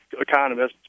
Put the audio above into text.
economists